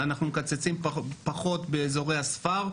אנחנו מקצצים פחות באזורי הספר,